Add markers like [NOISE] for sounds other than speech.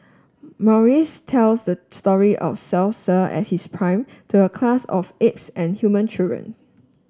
Maurice tells the story of [UNINTELLIGIBLE] at his prime to a class of apes and human children